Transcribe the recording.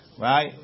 Right